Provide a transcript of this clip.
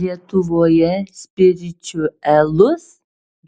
lietuvoje spiričiuelus